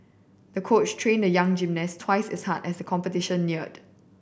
the coach trained the young gymnast twice is hard as competition neared